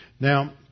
Now